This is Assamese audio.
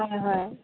হয় হয়